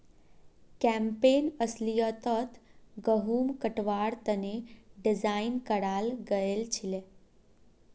campaign अस्लियतत गहुम कटवार तने डिज़ाइन कराल गएल छीले